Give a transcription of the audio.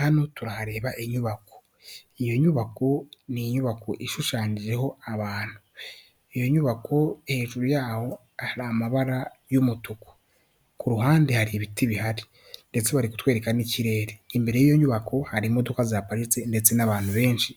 Hano turahareba inyubako, iyo nyubako ni inyubako ishushanyijeho abantu, iyo nyubako hejuru y'aho hari amabara y'umutuku, ku ruhande hari ibiti bihari ndetse bari ku twereka n'ikirere, imbere y'iyo nyubako hari imodoka zahaparitse ndetse n'abantu benshi